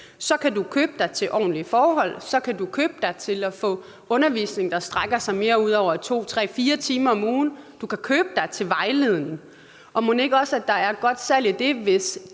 Så kan du købe dig til ordentlige forhold, og så kan du købe dig til at få undervisning, der strækker sig ud over mere end 2, 3 eller 4 timer om ugen. Du kan købe sig til vejledning. Og mon ikke også der er godt salg i det, hvis